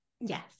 Yes